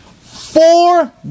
four